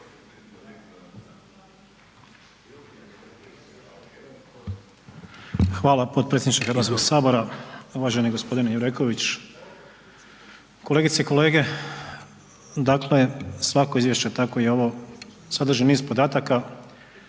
Hvala potpredsjedniče Hrvatskog sabora. Uvaženi gospodine Jureković, kolegice i kolege. Dakle svako izvješće tako i ovo sadrži niz podataka